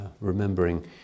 remembering